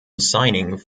signing